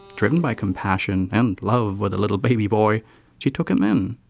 driven by compassion and love for the little baby boy she took him in,